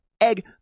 Egg